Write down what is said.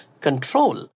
control